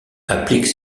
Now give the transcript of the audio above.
applique